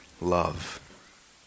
love